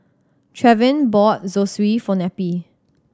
Trevin bought Zosui for Neppie